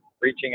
reaching